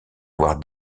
avoir